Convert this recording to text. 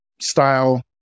style